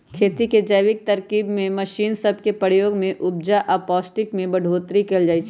खेती के जैविक तरकिब में मशीन सब के प्रयोग से उपजा आऽ पौष्टिक में बढ़ोतरी कएल जाइ छइ